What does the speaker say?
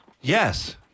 Yes